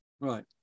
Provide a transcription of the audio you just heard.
Right